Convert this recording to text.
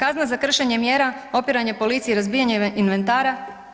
A kazna za kršenje mjera, opiranje policiji i razbijanje inventara?